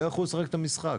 לא יכלו לשחק את המשחק.